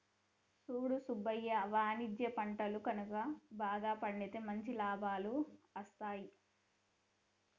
సూడు సుబ్బయ్య వాణిజ్య పంటలు గనుక బాగా పండితే మంచి లాభాలు అస్తాయి